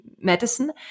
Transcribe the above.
medicine